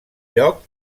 lloc